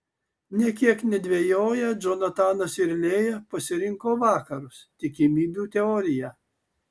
nė kiek nedvejoję džonatanas ir lėja pasirinko vakarus tikimybių teoriją